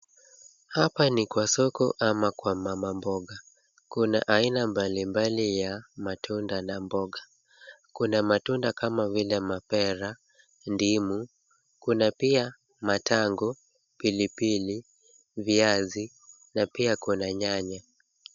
Hapa ni kwa soko ama kwa mama mboga. Kuna aina mbali mbali ya matunda na mboga. Kuna matunda kama vile mapera, ndimu, kuna pia matango, pilipili, viazi na pia kuna nyanya.